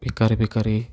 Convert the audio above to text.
ବେକାରେ ବେକାରେ